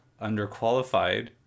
underqualified